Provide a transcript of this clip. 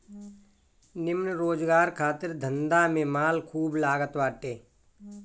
निमन रोजगार खातिर धंधा में माल खूब लागत बाटे